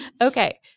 Okay